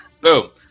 Boom